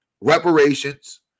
reparations